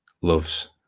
loves